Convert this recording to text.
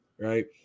Right